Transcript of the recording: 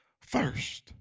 first